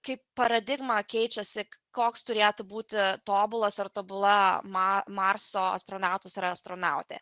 kaip paradigma keičiasi koks turėtų būti tobulas ar tobula marso astronautus ar astronautė